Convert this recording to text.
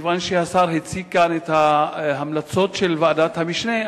מכיוון שהשר הציג את ההמלצות של ועדת המשנה,